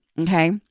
Okay